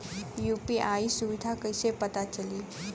UPI सुबिधा कइसे पता चली?